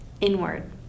inward